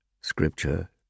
scripture